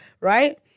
right